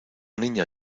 niña